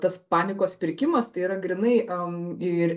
tas panikos pirkimas tai yra grynai ir